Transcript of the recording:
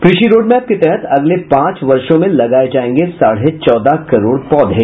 कृषि रोडमैप के तहत अगले पांच वर्षों में लगाये जायेंगे साढ़े चौदह करोड़ पौधे